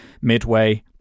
midway